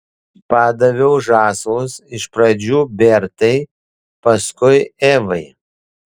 padaviau žąslus iš pradžių bertai paskui evai